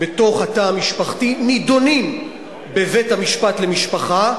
בתוך התא המשפחתי, נדונים בבית-המשפט למשפחה,